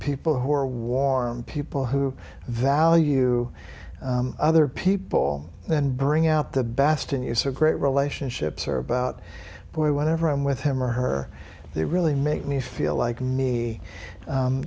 people who are warm people who value other people and bring out the bastin is a great relationships are about where whenever i'm with him or her they really make me feel like me